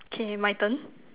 okay my turn